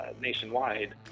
nationwide